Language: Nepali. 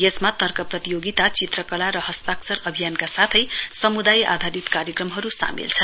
यसमा तर्क प्रतियोगिता चित्रकला र हस्ताक्षर अभियानका साथै सम्दाय आधारित कार्यक्रमहरू सामेल छन्